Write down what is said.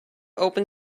open